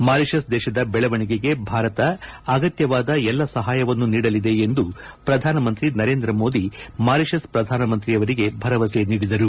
Mauritius ದೇಶದ ಬೆಳವಣಿಗೆಗೆ ಭಾರತ ಅಗತ್ಯವಾದ ಎಲ್ಲ ಸಹಾಯವನ್ನು ನೀಡಲಿದೆ ಎಂದು ಪ್ರಧಾನಿ ನರೇಂದ್ರ ಮೋದಿ ಮಾರಿಶಿಸ್ ಪ್ರಧಾನಿಗೆ ಭರವಸೆ ನೀಡಿದರು